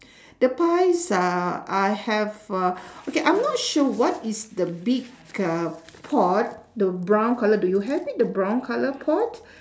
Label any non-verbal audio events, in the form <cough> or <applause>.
<breath> the pies uhh I have uh okay I'm not sure what is the big uh pot the brown colour do you have it the brown colour pot